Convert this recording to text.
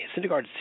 Syndergaard